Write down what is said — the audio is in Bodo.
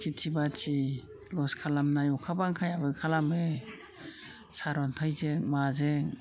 खेथि बाथि लस खालामनाय अखा बांखांयाबो खालामो सारअन्थाइजों माजों